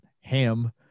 Ham